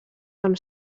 amb